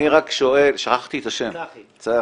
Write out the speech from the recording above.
אני רק שואל, צחי,